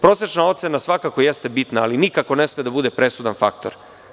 Prosečna ocena svakako jeste bitna, ali nikako ne sme da bude presudan faktor.